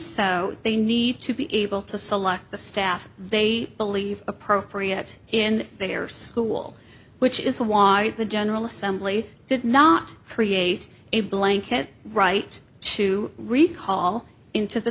so they need to be able to select the staff they believe appropriate in their school which is why the general assembly did not create a blanket right to recall into the